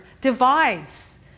divides